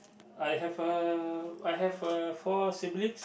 I have uh I have uh four siblings